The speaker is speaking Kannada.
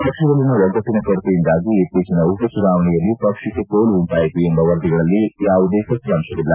ಪಕ್ಷದಲ್ಲಿನ ಒಗ್ಗಟ್ಟಿನ ಕೊರತೆಯಿಂದಾಗಿ ಇತ್ತೀಚಿನ ಉಪ ಚುನಾವಣೆಯಲ್ಲಿ ಪಕ್ಷಕ್ಕೆ ಸೋಲು ಉಂಟಾಯಿತು ಎಂಬ ವರದಿಗಳಲ್ಲಿ ಯಾವುದೇ ಸತ್ಕಾಂತವಿಲ್ಲ